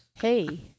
Hey